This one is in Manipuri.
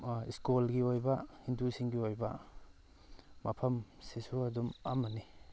ꯏꯁꯀꯣꯜꯒꯤ ꯑꯣꯏꯕ ꯍꯤꯟꯗꯨꯁꯤꯡꯒꯤ ꯑꯣꯏꯕ ꯃꯐꯝꯁꯤꯁꯨ ꯑꯗꯨꯝ ꯑꯃꯅꯤ